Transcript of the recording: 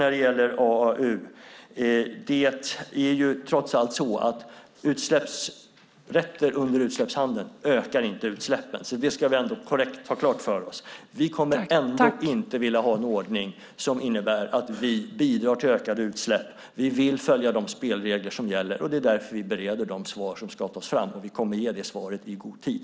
När det gäller AAU är det trots allt så att utsläppsrätter under utsläppshandeln inte ökar utsläppen. Det ska vi ändå ha klart för oss. Vi kommer ändå inte vilja ha en ordning som innebär att vi bidrar till ökade utsläpp. Vi vill följa de spelregler som gäller, och det är därför som vi bereder de svar som ska tas fram, och vi kommer att ge det svaret i god tid.